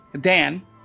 Dan